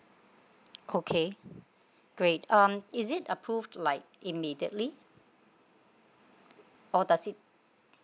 okay great um is it approved like immediately or does it